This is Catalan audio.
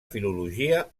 filologia